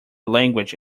language